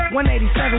187